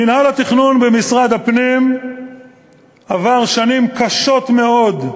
מינהל התכנון במשרד הפנים עבר שנים קשות מאוד,